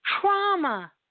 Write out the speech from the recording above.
trauma